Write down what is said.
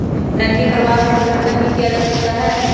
नकदी प्रवाह में परिवर्तन भी किया जा सकता है